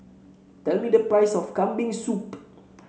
tell me the price of Kambing Soup